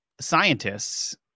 scientists